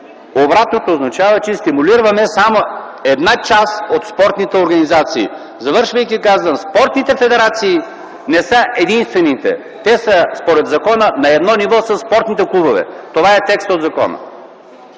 Обратното означава, че стимулираме само една част от спортните организации. Завършвайки, казвам: спортните федерации не са единствените. Според закона те са на едно ниво със спортните клубове. Това е текст от закона.